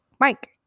Mike